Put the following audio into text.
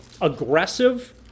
Aggressive